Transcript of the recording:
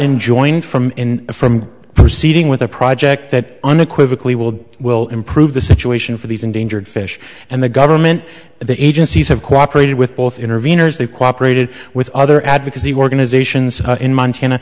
enjoying from in from proceeding with a project that unequivocally will will improve the situation for these endangered fish and the government and the agencies have cooperated with both interveners they've cooperated with other advocacy organizations in montana